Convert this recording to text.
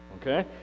Okay